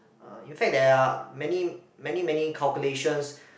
uh in fact there are many many many calculations